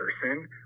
person